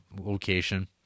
location